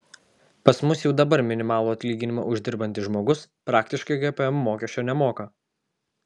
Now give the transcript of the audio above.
pas mus jau dabar minimalų atlyginimą uždirbantis žmogus praktiškai gpm mokesčio nemoka